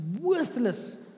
worthless